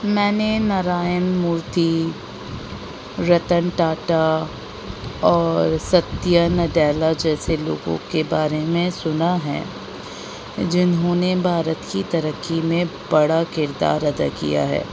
میں نے نارائن مورتی رتن ٹاٹا اور ستیا نڈیلہ جیسے لوگوں کے بارے میں سنا ہے جنہوں نے بھارت کی ترقی میں بڑا کردار ادا کیا ہے